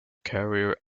career